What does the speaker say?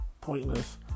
pointless